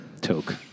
Toke